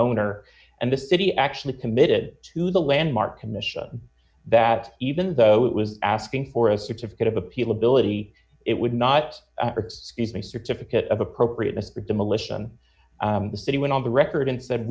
owner and the city actually committed to the landmark commission that even though it was asking for a certificate of appeal ability it would not if my certificate of appropriate demolition the city went on the record and said